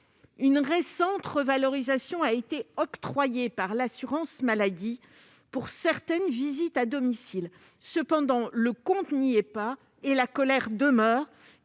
une récente revalorisation a été octroyée, sous conditions, par l'assurance maladie pour certaines visites à domicile. Cependant, le compte n'y est pas, et la colère demeure,